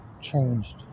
changed